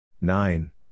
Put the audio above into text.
Nine